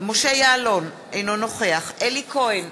משה יעלון, אינו נוכח אלי כהן,